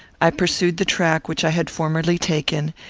i pursued the track which i had formerly taken,